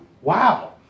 Wow